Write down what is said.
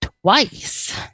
twice